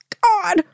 God